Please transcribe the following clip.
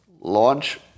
Launch